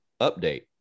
update